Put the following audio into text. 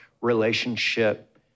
relationship